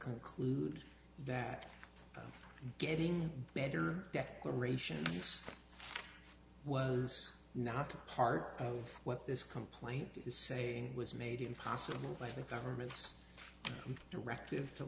conclude that getting better declaration was not part of what this complaint is saying was made it impossible i think governments directive to